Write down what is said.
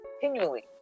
continually